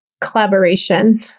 Collaboration